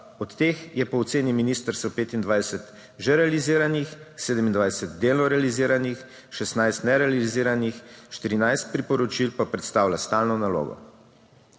Od teh je po oceni ministrstev 25 že realiziranih, 27 delno realiziranih, 16 nerealiziranih, 14 priporočil pa predstavlja stalno nalogo.